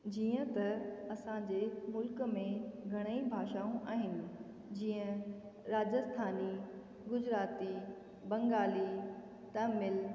जीअं त असां जे मुल्क में घणई भाषाऊं आहिनि जीअं राजस्थानी गुजराती बंगाली तमिल